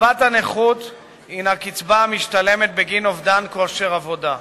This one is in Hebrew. קצבת הנכות היא קצבה המשתלמת בגין אובדן כושר עבודה.